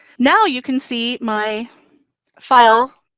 now you can see my file,